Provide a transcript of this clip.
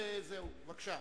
בבקשה.